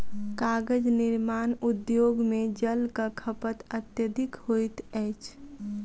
कागज निर्माण उद्योग मे जलक खपत अत्यधिक होइत अछि